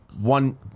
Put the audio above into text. one